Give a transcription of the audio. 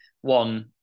One